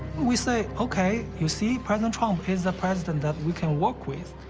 we say, okay, you see, president trump is a president that we can work with,